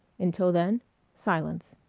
until then silence.